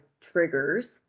triggers